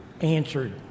answered